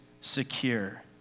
secure